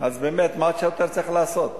אז באמת, מה שוטר צריך לעשות?